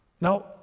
Now